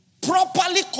Properly